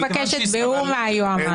אני מבקשת בירור מהיועמ"ש.